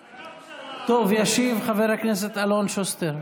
--- טוב, ישיב חבר הכנסת אלון שוסטר,